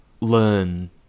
learn